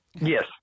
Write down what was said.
Yes